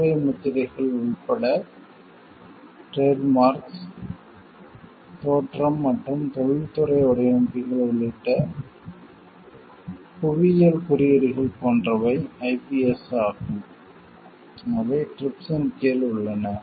சேவை முத்திரைகள் உட்பட டிரேட் மார்க்ஸ் தோற்றம் மற்றும் தொழில்துறை வடிவமைப்புகள் உள்ளிட்ட புவியியல் குறியீடுகள் போன்றவை ஐபிஎஸ் ஆகும் அவை TRIPS இன் கீழ் உள்ளன